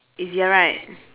easier right